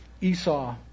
Esau